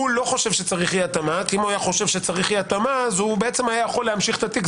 הוא לא חושב שצריך פה אי התאמה אחרת היה יכול להמשיך את התיק.